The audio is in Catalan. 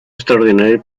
extraordinari